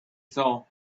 saw